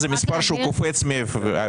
זה מספר שקופץ ממקום כלשהו.